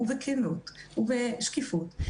בכנות ובשקיפות,